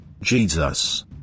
Jesus